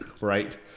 Right